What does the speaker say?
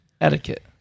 etiquette